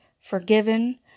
forgiven